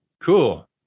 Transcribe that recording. cool